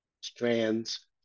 strands